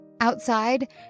Outside